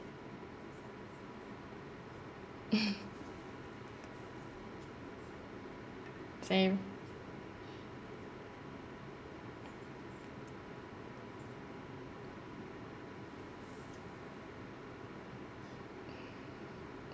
same